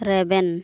ᱨᱮᱵᱮᱱ